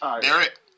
Derek